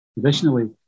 traditionally